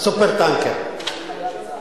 ה"סופר-טנקר".